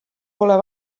pole